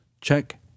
Check